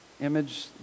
Image